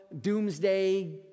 Doomsday